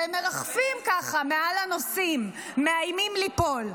והם מרחפים ככה מעל הנוסעים, מאיימים ליפול.